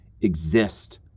exist